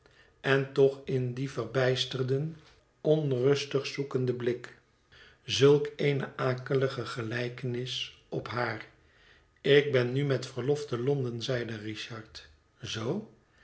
ën toch in dien verbijsterden onrustig zoekenden blik zulk eene akelige gelijkenis op haar ik ben nu met verlof te londen zeide richard zoo